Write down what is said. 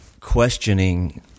questioning